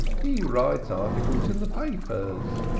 he writes articles in the papers.